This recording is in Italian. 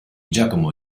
giacomo